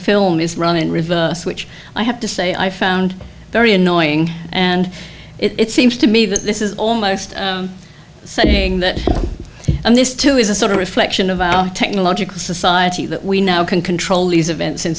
film is run in reverse which i have to say i found very annoying and it seems to me that this is almost saying that this too is a sort of reflection of our technological society that we now can control these events in